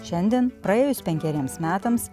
šiandien praėjus penkeriems metams